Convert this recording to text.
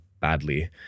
badly